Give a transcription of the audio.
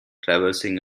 traversing